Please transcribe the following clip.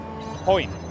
point